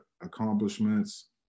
accomplishments